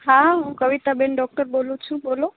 હા હું કવિતાબેન ડૉક્ટર બોલું છું બોલો